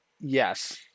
Yes